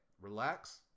relax